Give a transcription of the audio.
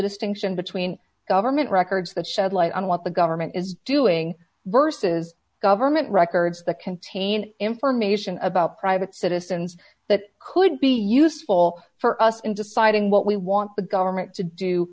distinction between government records that shed light on what the government is doing versus government records that contain information about private citizens that could be useful for us in deciding what we want the government to do